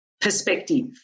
perspective